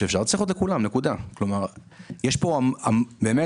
שיש כוונות טובות ובאמת